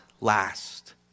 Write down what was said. last